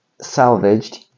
Salvaged